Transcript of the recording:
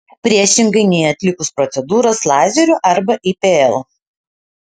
priešingai nei atlikus procedūras lazeriu arba ipl